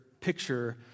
picture